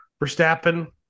Verstappen